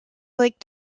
like